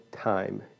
time